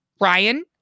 Ryan